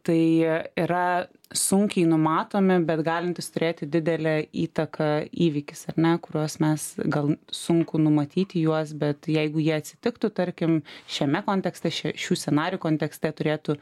tai yra sunkiai numatomi bet galintis turėti didelę įtaką įvykis ar ne kuriuos mes gal sunku numatyti juos bet jeigu jie atsitiktų tarkim šiame kontekste šia šių scenarijų kontekste turėtų